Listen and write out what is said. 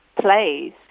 plays